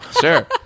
Sure